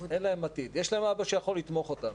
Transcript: יש להם אבא שיכול לתמוך בהם,